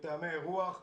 מתאמי אירוח.